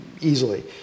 easily